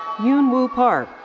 eunwoo park.